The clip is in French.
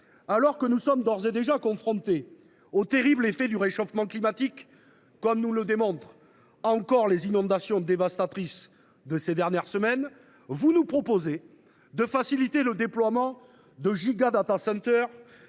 Alors que nous sommes d’ores et déjà confrontés aux terribles effets du réchauffement climatique, comme nous le démontrent encore les inondations dévastatrices de ces dernières semaines, vous nous proposez de faciliter le déploiement de giga, très